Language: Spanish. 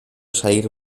salir